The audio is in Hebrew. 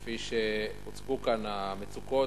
כפי שהוצגו כאן המצוקות.